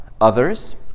others